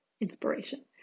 inspiration